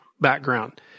background—